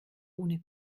ohne